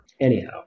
Anyhow